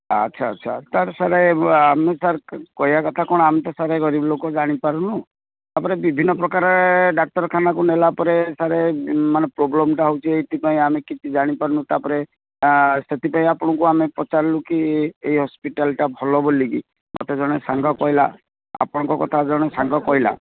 ଆଚ୍ଛା ଆଚ୍ଛା ତା'ହେଲେ ସାର୍ ଆମେ କହିବା କଥା କ'ଣ ଆମେ ତ ସାର୍ ଗରିବ ଲୋକ ଜାଣିପାରୁନୁ ତା'ପରେ ବିଭିନ୍ନ ପ୍ରକାର ଡାକ୍ତରଖାନାକୁ ନେଲାପରେ ସାର୍ ମାନେ ପ୍ରୋବ୍ଲେମ୍ଟା ହୋଉଛି ଏଇଥିପାଇଁ ଆମେ କିଛି ଜାଣିପାରୁନୁ ତା'ପରେ ସେଥିପାଇଁ ଆପଣଙ୍କୁ ଆମେ ପଚାରିଲୁକି ଏଇ ହସ୍ପିଟାଲ୍ଟା ଭଲ ବୋଲିକି ମୋତେ ଜଣେ ସାଙ୍ଗ କହିଲା ଆପଣଙ୍କ କଥା ଜଣେ ସାଙ୍ଗ କହିଲା